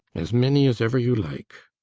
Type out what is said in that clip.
as many as ever you like.